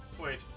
Wait